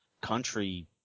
Country